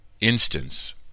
instance